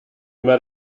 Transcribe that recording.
met